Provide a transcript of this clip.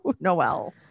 Noel